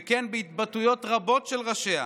וכן בהתבטאויות רבות של ראשיה,